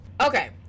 Okay